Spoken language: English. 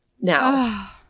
now